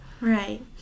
Right